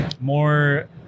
more